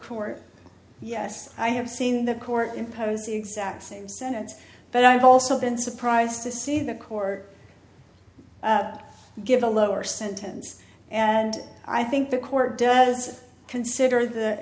court yes i have seen the court imposed the exact same sentence but i've also been surprised to see the court give a lower sentence and i think the court does consider